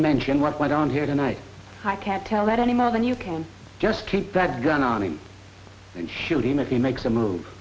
mention what went on here tonight i can't tell that any more than you can just keep that gun on me and shoot him if he makes a move